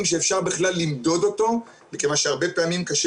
שאפשר בכלל למדוד אותו מכיוון שהרבה פעמים קשה